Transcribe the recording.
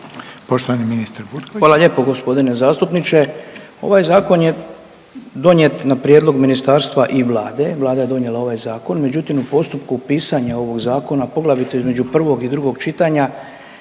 Poštovani ministar Butković.